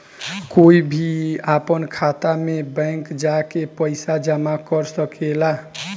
कोई भी आपन खाता मे बैंक जा के पइसा जामा कर सकेला